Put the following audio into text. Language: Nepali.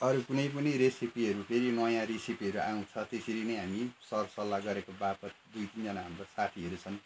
अरू कुनै पनि रेसेपीहरू फेरि नयाँ रेसेपीहरू आउँछ त्यसरी नै हामी सर सल्लाह गरेको बापत दुई तिनजना हाम्रो साथीहरू छन्